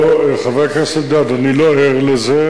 חבר הכנסת אלדד, אני לא ער לזה.